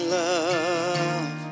love